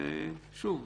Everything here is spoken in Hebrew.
ושוב,